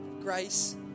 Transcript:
grace